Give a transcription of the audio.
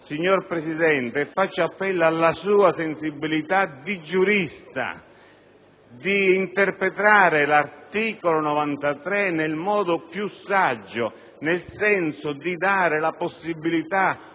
la sollecito, facendo appello alla sua sensibilità di giurista, ad interpretare l'articolo 93 nel modo più saggio, cioè nel senso di dare la possibilità